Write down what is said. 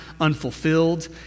unfulfilled